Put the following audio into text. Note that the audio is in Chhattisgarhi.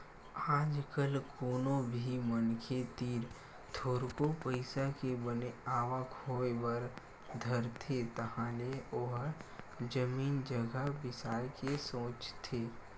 आज कल कोनो भी मनखे तीर थोरको पइसा के बने आवक होय बर धरथे तहाले ओहा जमीन जघा बिसाय के सोचथे